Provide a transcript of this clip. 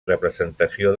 representació